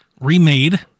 remade